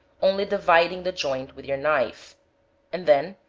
only dividing the joint with your knife and then,